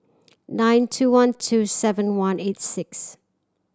nine two one two seven one eight six